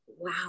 wow